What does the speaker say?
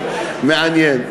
מעניין.